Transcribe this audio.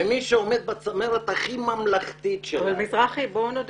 ממי שעומד בצמרת הכי ממלכתית שלנו --- בוא נודה